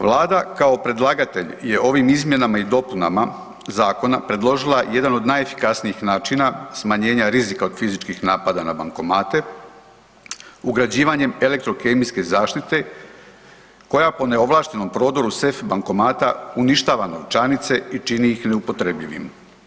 Vlada kao predlagatelj je ovim izmjenama i dopunama zakona predložila jedan od najefikasnijih načina smanjenja rizika od fizičkih napada na bankomate ugrađivanjem elektrokemijske zaštite koja po neovlaštenom prodoru sef bankomata uništava novčanice i čini ih neupotrebljivim.